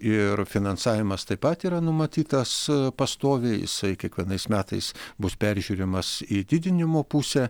ir finansavimas taip pat yra numatytas pastoviai jisai kiekvienais metais bus peržiūrimas į didinimo pusę